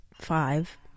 five